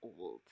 old